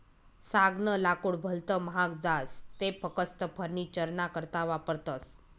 सागनं लाकूड भलत महाग जास ते फकस्त फर्निचरना करता वापरतस